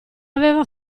aveva